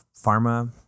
pharma